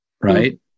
right